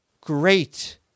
great